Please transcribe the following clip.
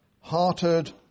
hearted